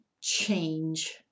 change